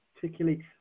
particularly